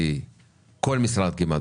כל משרד כמעט,